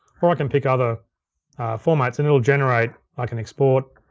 or i can pick other formats and it'll generate, i can export,